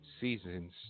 Seasons